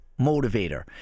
motivator